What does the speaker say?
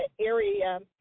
area